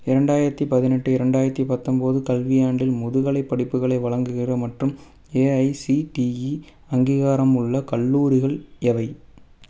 இரண்டாயிரத்தி பதினெட்டு இரண்டாயிரத்தி பத்தொம்போது கல்வியாண்டில் முதுகலைப் படிப்புகளை வழங்குகிற மற்றும் ஏஐசிடிஇ அங்கீகாரமுள்ள கல்லூரிகள் எவை